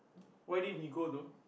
why didn't he go though